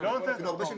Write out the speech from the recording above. היא לא נותנת את הטון.